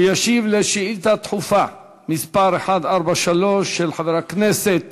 הוא ישיב לשאילתה דחופה מס' 143 של חבר הכנסת